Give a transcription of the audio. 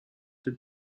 den